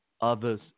others